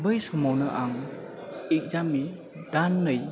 बै समावनो आं इगजामनि दाननै